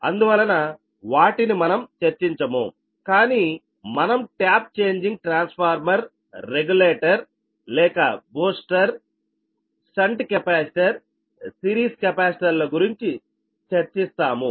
అందువలన వాటిని మనం చర్చించము కానీ మనం ట్యాప్ చేంజింగ్ ట్రాన్స్ఫార్మర్ రెగ్యులేటర్ లేక booster shunt capacitor series capacitor ల గురించి చర్చిస్తాము